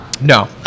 No